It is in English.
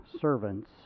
servants